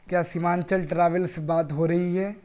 کیا سیمانچل ٹراویل سے بات ہو رہی ہے